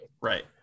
Right